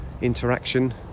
interaction